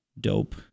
Dope